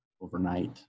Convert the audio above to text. overnight